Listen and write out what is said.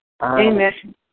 Amen